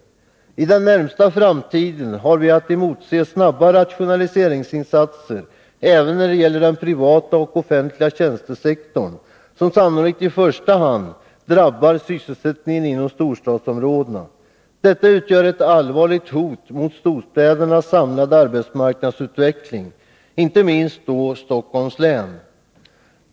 Inom den närmaste framtiden har vi att emotse snabba rationaliseringsinsatser även när det gäller den privata och den offentliga tjänstesektorn, vilka insatser sannolikt i första hand drabbar sysselsättningen inom storstadsområdena. Detta utgör ett allvarligt hot mot storstädernas samlade arbetsmarknadsutveckling. Det gäller inte minst Stockholms län.